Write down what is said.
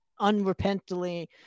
unrepentantly